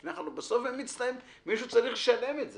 לפני חלוקת ירושה, בסוף מישהו צריך לשלם את זה.